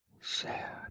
Sad